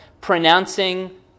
pronouncing